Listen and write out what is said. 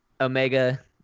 Omega